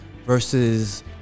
versus